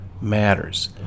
matters